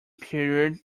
period